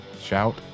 Shout